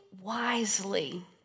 wisely